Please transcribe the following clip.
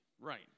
Right